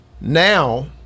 Now